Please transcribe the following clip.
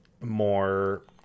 more